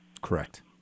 Correct